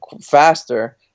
faster